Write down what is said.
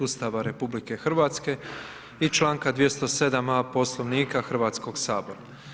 Ustava RH i članka 207. a Poslovnika Hrvatskog sabora.